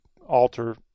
alter